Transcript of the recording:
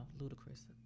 ludicrous